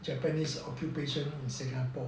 japanese occupation in singapore